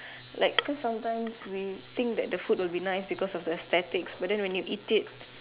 like so sometimes we think that the food will be nice because of the aesthetics but then when you eat it